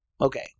okay